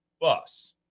bus